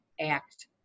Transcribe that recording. act